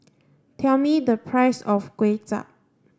tell me the price of Kuay Chap